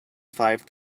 five